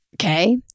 Okay